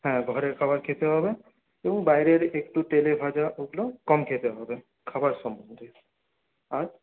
হ্যাঁ ঘরের খাবার খেতে হবে এবং বাইরের একটু তেলেভাজা ওগুলো কম খেতে হবে খাবার সম্বন্ধে আর